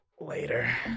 later